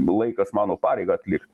laikas mano pareigą atlikt